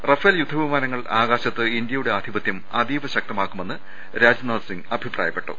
Rafale യുദ്ധ വിമാനങ്ങൾ ആകാശത്ത് ഇന്ത്യയുടെ ആധിപത്യം അതീവ ശക്തമാക്കുമെന്ന് രാജ്നാഥ് സൃങ്ങ് അഭിപ്രായ പ്പെട്ടു